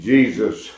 Jesus